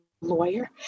lawyer